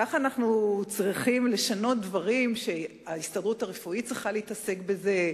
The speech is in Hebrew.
כך אנחנו צריכים לשנות דברים שההסתדרות הרפואית צריכה להתעסק בהם?